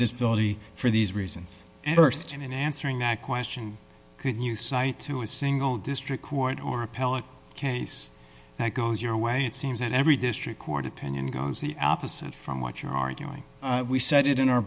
disability for these reasons and st time in answering that question could you cite to a single district court or appellate case that goes your way it seems that every district court opinion goes the opposite from what you're arguing we said it in our